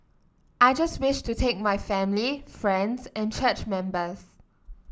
I just wish to thank my family friends and church members